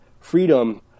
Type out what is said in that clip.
freedom